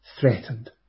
threatened